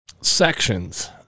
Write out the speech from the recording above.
sections